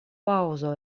paŭzo